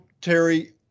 Terry